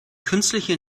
künstliche